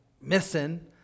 missing